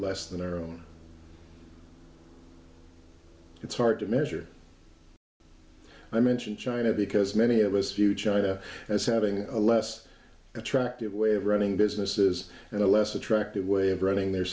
less than our own it's hard to measure i mention china because many of us few china as having a less attractive way of running businesses and a less attractive way of running their